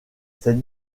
cette